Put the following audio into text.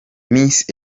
miss